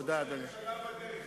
הבקשה של הממשלה, הממשלה ביקשה